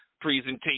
presentation